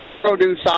produce